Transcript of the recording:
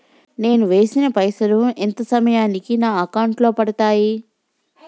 నేను వేసిన పైసలు ఎంత సమయానికి నా అకౌంట్ లో పడతాయి?